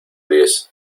diez